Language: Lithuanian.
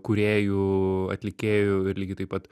kūrėjų atlikėjų ir lygiai taip pat